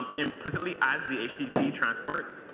ah implicitly as the http transport.